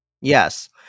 Yes